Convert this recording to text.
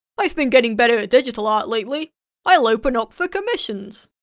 i've been getting better at digital art lately i'll open up for commissions!